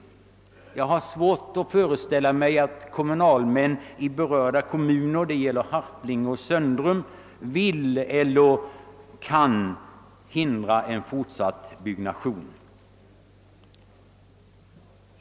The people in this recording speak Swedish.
Jag har svårt att föreställa mig att kommunalmännen i Harplinge och Söndrum vill eller kan förhindra en fortsatt byggnation.